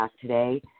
today